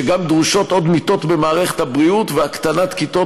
שגם דרושות עוד מיטות במערכת הבריאות והתקנת כיתות